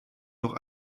noch